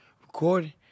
recording